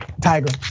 Tiger